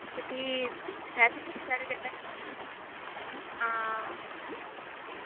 ते फ्ही पैसे हां